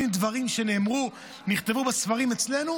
דברים שנאמרו ונכתבו בספרים אצלנו,